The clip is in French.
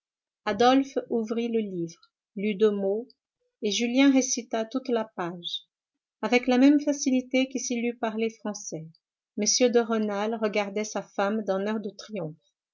adolphe ouvrit le livre lut deux mots et julien récita toute la page avec la même facilité que s'il eût parlé français m de rênal regardait sa femme d'un air de triomphe